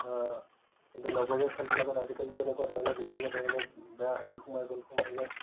কিন্তু নগৰীয়া খেলবিলাকত আজিকালি তেনেকুৱা ধৰণে বিভিন্ন ধৰণৰ বেয়া হেৰি সোমাই গ'ল সোমাই যায়